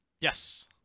Yes